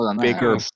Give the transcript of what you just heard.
bigger